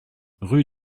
rue